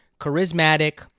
charismatic